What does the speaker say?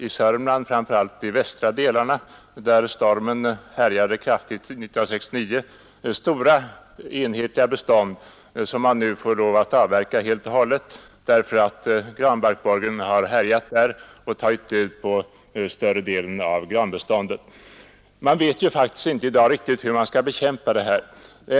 I Sörmland, särskilt de västra delarna, där stormen härjade kraftigt 1969, finns stora enhetliga bestånd som ägarna nu får lov att avverka helt och hållet därför att granbarkborren har tagit död på större delen av granbeståndet. Man vet faktiskt inte i dag riktigt hur man skall bekämpa dessa insekter.